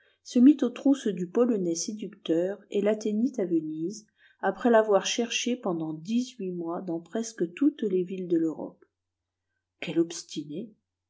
se mit aux trousses du polonais séducteur et l'atteignit à venise après l'avoir cherché pendant dix-huit mois dans presque toutes les villes de l'europe quel obstiné